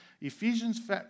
Ephesians